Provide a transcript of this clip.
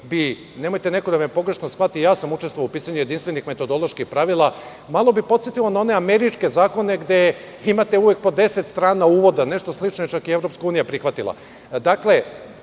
nemojte da me neko pogrešno shvati – i ja sam učestvovao u pisanju jedinstvenih metodoloških pravila, malo bi podsetilo na one američke zakone, gde imate uvek po 10 strana uvoda, nešto slično je čak i EU prihvatila. Dakle,